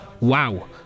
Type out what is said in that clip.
Wow